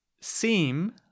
seem